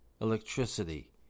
electricity